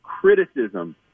criticism